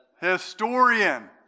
Historian